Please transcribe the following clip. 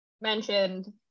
mentioned